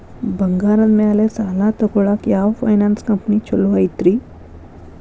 ಬಂಗಾರದ ಮ್ಯಾಲೆ ಸಾಲ ತಗೊಳಾಕ ಯಾವ್ ಫೈನಾನ್ಸ್ ಕಂಪನಿ ಛೊಲೊ ಐತ್ರಿ?